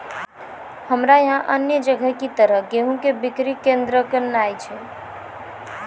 हमरा यहाँ अन्य जगह की तरह गेहूँ के बिक्री केन्द्रऽक नैय छैय?